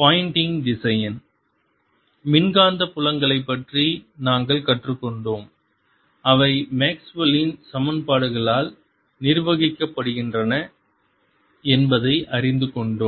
Poynting திசையன் மின்காந்த புலங்களைப் பற்றி நாங்கள் கற்றுக்கொண்டோம் அவை மேக்ஸ்வெல்லின் சமன்பாடுகளால் நிர்வகிக்கப்படுகின்றன என்பதை அறிந்து கொண்டோம்